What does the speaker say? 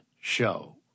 show